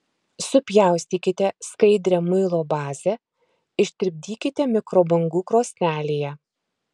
supjaustykite skaidrią muilo bazę ištirpdykite mikrobangų krosnelėje